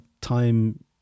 time